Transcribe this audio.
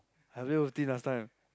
I play WolfTeam last time